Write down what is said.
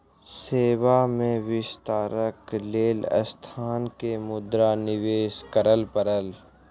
सेवा में विस्तारक लेल संस्थान के मुद्रा निवेश करअ पड़ल